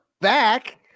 back